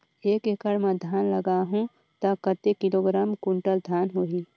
एक एकड़ मां धान लगाहु ता कतेक किलोग्राम कुंटल धान होही?